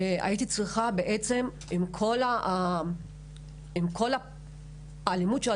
בעצם, עם כל האלימות, הייתי צריכה...